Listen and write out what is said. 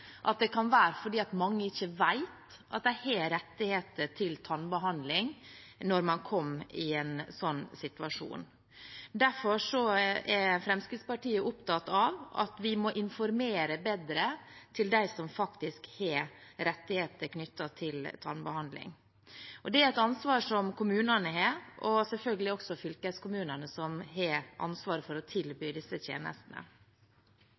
kan være fordi mange ikke vet at de har rettigheter knyttet til tannbehandling når man kommer i en sånn situasjon. Derfor er Fremskrittspartiet opptatt av at vi må informere bedre dem som faktisk har rettigheter knyttet til tannbehandling. Det er et ansvar som kommunene har, og selvfølgelig også fylkeskommunene, som har ansvaret for å tilby disse tjenestene.